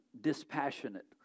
dispassionate